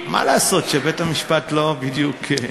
מה לעשות שבית-המשפט לא בדיוק,